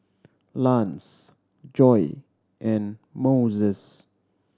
Lance Joye and Moses